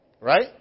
Right